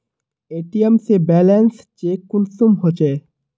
ATM से balance check कुंसम होचे?